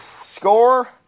Score